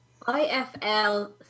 IFL